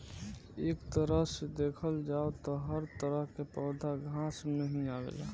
एक तरह से देखल जाव त हर तरह के पौधा घास में ही आवेला